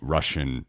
Russian